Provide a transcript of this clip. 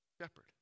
shepherd